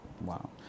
wow